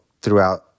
throughout